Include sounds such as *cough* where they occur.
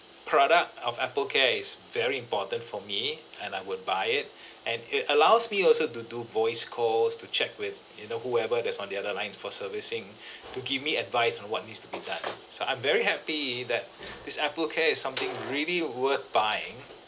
product of Apple care is very important for me and I would buy it *breath* and it allows me also to do voice calls to check with you know whoever that's on the other line it's for servicing *breath* to give me advice on what needs to be done so I'm very happy that *breath* this Apple care is something really worth buying